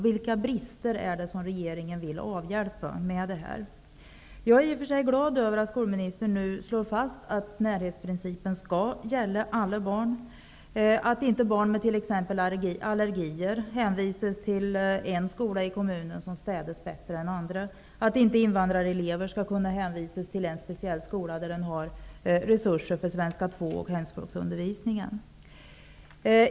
Jag är glad över att skolministern nu slår fast att närhetsprincipen skall gälla alla barn, att inte barn med t.ex. allergier hänvisas till en skola i kommunen som städas bättre än andra och att inte invandrarelever skall kunna hänvisas till en speciell skola där det finns resurser för svenska 2 och hemspråksundervisning.